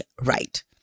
right